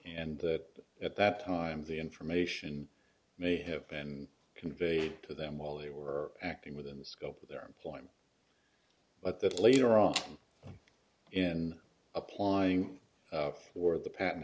and that at that time the information may have been conveyed to them while they were acting within the scope of their employment but that later on in applying for the patent